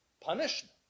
punishment